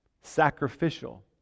sacrificial